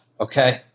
Okay